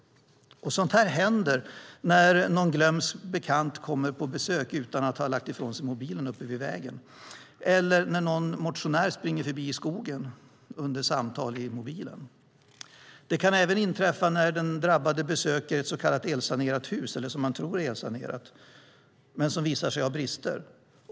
Sådant här händer när någon glömsk bekant kommer på besök utan att ha lagt ifrån sig mobilen uppe vid vägen eller när någon motionär springer förbi i skogen under samtal i mobilen. Det kan även inträffa när den drabbade besöker ett så kallat elsanerat hus, eller som man tror är elsanerat, men som visar sig ha brister.